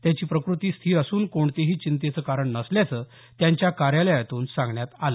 त्यांची प्रकृती स्थिर असून कोणतेही चिंतेचे कारण नसल्याचं त्यांच्या कार्यालयातून सांगण्यात आलं